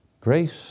Grace